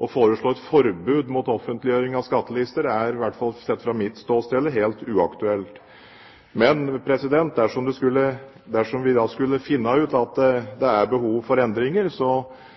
å foreslå et forbud mot offentliggjøring av skattelister er i hvert fall, sett fra mitt ståsted, helt uaktuelt. Men dersom vi skulle finne ut at det er behov for endringer, vil vi selvsagt legge det fram, slik at det